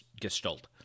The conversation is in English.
gestalt